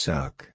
Suck